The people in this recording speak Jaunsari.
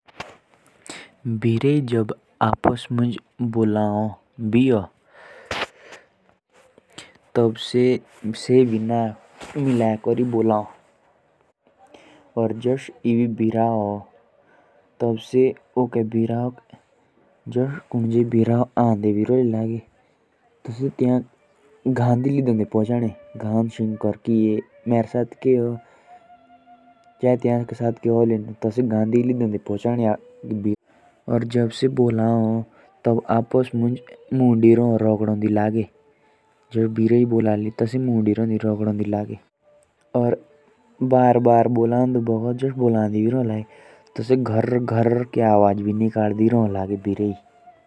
जब बिल्ली आपस में बात करती है तो वो भी नाक से नाक मिलाकर बात करती है। और अलग अलग की आवाज़ें निकालते हैं।